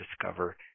discover